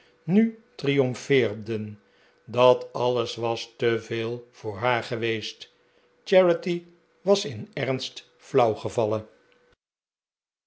nu triomfeerden dat alles was te f veel voor haar geweest charity was itt ernst flauw gevallen